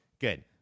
Good